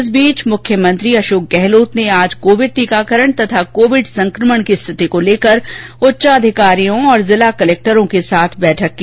इस बीच मुख्यमंत्री अशोक गहलोत ने आज कोविड टीकाकरण तथा कोविड की स्थिति को लेकर उच्च अधिकारियों तथा जिला कलेक्टरों के साथ बैठक की